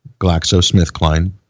GlaxoSmithKline